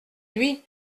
lui